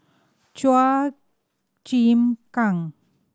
Chua Chim Kang